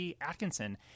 Atkinson